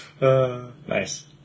Nice